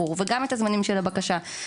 גם את הזמנים של הערעור וגם את הזמנים של הבקשה וגם,